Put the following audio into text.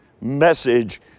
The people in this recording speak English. message